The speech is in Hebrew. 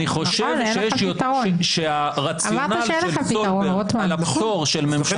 אני חושב שהרציונל של סולברג על הפטור של ממשלה